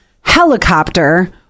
helicopter